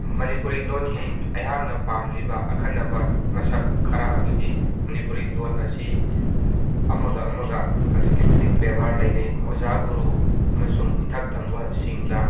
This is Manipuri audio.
ꯃꯅꯤꯄꯨꯔꯤ ꯂꯣꯟꯒꯤ ꯑꯩꯍꯥꯛꯅ ꯄꯥꯝꯂꯤꯕ ꯑꯈꯟꯅꯕ ꯃꯁꯛ ꯈꯔ ꯑꯗꯨꯗꯤ ꯃꯅꯤꯄꯨꯔꯤ ꯂꯣꯟ ꯑꯁꯤ ꯑꯃꯒ ꯑꯃꯒ ꯑꯗꯨꯛꯀꯤ ꯃꯇꯤꯛ ꯕꯦꯕꯥꯔ ꯂꯩꯅꯩ ꯑꯣꯖꯥ ꯒꯨꯔꯨ ꯑꯃꯁꯨꯡ ꯏꯊꯛ ꯊꯪꯕꯁꯤꯡꯗ